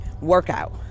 workout